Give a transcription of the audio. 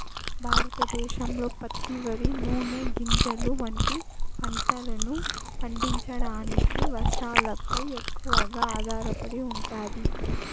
భారతదేశంలో పత్తి, వరి, నూనె గింజలు వంటి పంటలను పండించడానికి వర్షాలపై ఎక్కువగా ఆధారపడి ఉంటాది